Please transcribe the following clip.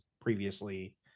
previously